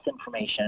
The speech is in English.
information